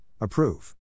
approve